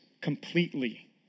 completely